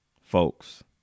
folks